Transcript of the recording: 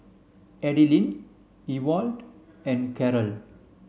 Adilene Ewald and Carrol